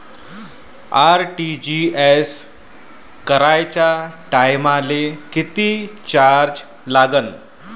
RTGS कराच्या टायमाले किती चार्ज लागन?